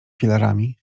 filarami